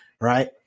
right